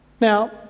Now